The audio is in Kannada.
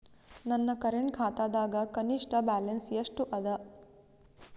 ನನ್ನ ಕರೆಂಟ್ ಖಾತಾದಾಗ ಕನಿಷ್ಠ ಬ್ಯಾಲೆನ್ಸ್ ಎಷ್ಟು ಅದ